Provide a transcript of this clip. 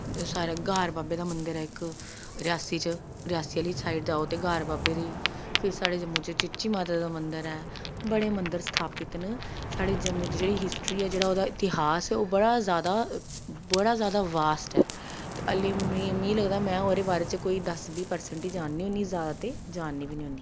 साढ़े ग्हार बाबे दा मन्दर ऐ इक रियासी च रियासी आह्ली साईड जाओ ते ग्हार बाबे दी फिर साढ़े जम्मू च चीची माता दा मन्दर ऐ बड़े मन्दर स्थापत न साढ़े जम्मू दी जेह्ड़ी हिस्टरी ऐ जेह्ड़ा ओह्दा इतेहास ऐ ओह् बड़ा जादा बड़ा जादा बास्ट ऐ हालें मीं लगदा में ओह्दे बारे च कोई दस बीह् परसैंट ही जाननी होन्नी जादा ते जाननी बी निं होन्नी